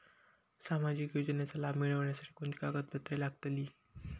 सामाजिक योजनेचा लाभ मिळण्यासाठी कोणती कागदपत्रे लागतील?